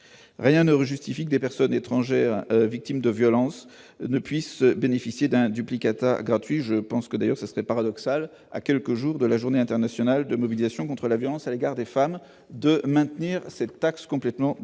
rien ne justifie que des personnes étrangères victimes de violences, ne puisse bénéficier d'un duplicata gratuit, je pense que d'ailleurs, ce serait paradoxal à quelques jours de la journée internationale de mobilisation contre la violence à l'égard des femmes de maintenir cette taxe complètement